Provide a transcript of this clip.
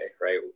right